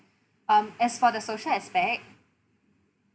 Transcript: um as for the social aspect